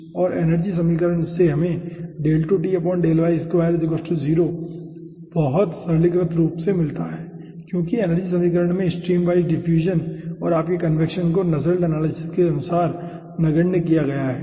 और एनर्जी समीकरण से हमें बहुत सरलीकृत रूप में मिलता है क्योंकि एनर्जी समीकरण में स्ट्रीम वाइज डिफ्यूजन और आपके कन्वेक्शन को नसेल्ट एनालिसिस के अनुसार नगण्य किया गया है ठीक है